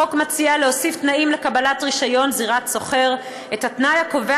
החוק מציע להוסיף לתנאים לקבלת רישיון זירת סוחר את התנאי הקובע